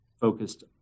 focused